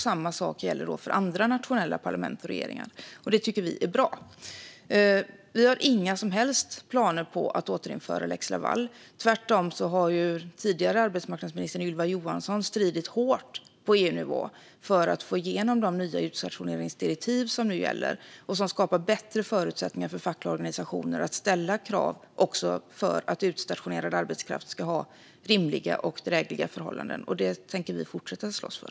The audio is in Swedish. Samma sak gäller för andra nationella parlament och regeringar. Detta tycker vi är bra. Vi har inga som helst planer på att återinföra lex Laval. Tvärtom har den tidigare arbetsmarknadsministern Ylva Johansson stridit hårt på EUnivå för att få igenom de nya utstationeringsdirektiv som nu gäller och som skapar bättre förutsättningar för fackliga organisationer att ställa krav för att utstationerad arbetskraft ska ha rimliga och drägliga förhållanden. Detta tänker vi fortsätta att slåss för.